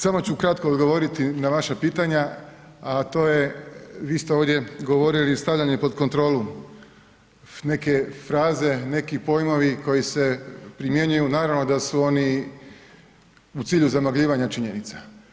Samo ću kratko odgovoriti na vaša pitanja a to je, vi ste ovdje govorili stavljanje pod kontrolu, neke fraze, neki pojmovi koji se primjenjuju, naravno da su oni u cilju zamagljivanja činjenica.